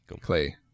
Clay